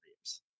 years